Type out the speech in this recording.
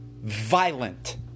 violent